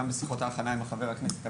גם בשיחות ההכנה עם חבר הכנסת המציע.